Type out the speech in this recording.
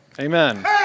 Amen